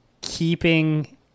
keeping